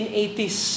1980s